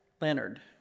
Leonard